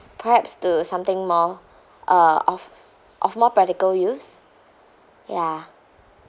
perhaps to something more uh of of more practical use ya